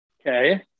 Okay